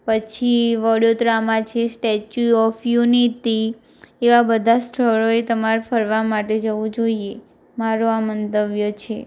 પછી વડોદરામાં છે સ્ટેચ્યૂ ઓફ યુનિટી એવાં બધાં સ્થળોએ તમારે ફરવા માટે જવું જોઈએ મારો આ મંતવ્ય છે